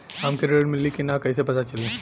हमके ऋण मिली कि ना कैसे पता चली?